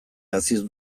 haziz